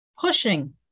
pushing